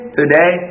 today